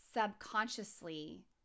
subconsciously